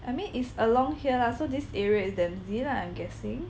I mean it's along here lah so this area is Dempsey lah I'm guessing